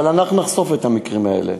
אבל אנחנו נחשוף את המקרים האלה.